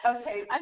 Okay